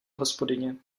hospodyně